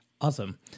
Awesome